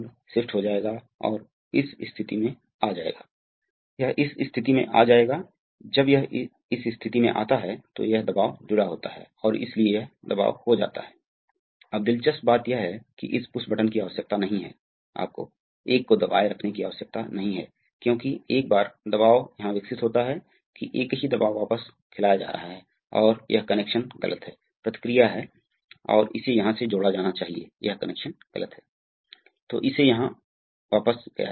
और अतः पहले मामले में इस स्थिति में जो दिखाया गया है प्रवाह इस तरह है जैसे कि कैप के लिए और आगे बढ़ना शुरू होता है इस तरह से जाता है और यह वास्तव में गलत है आपको इसे इस तरह ड्रा करना चाहिए अतः स्वतंत्र रूप से आता है